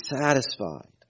satisfied